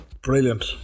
Brilliant